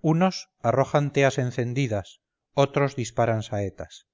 unos arrojan teas encendidas otros disparan saetas